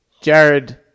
jared